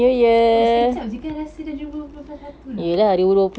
oh sekejap jer kan rasa dah dua ribu dua puluh satu dah